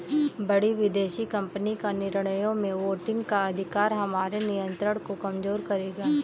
बड़ी विदेशी कंपनी का निर्णयों में वोटिंग का अधिकार हमारे नियंत्रण को कमजोर करेगा